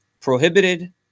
prohibited